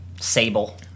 Sable